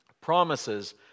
promises